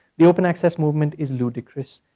the open access movement is ludicrous,